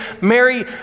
Mary